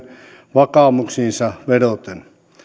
vakaumuksiinsa vedoten